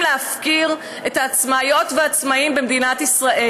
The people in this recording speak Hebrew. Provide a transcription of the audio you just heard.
להפקיר את העצמאיות והעצמאים במדינת ישראל.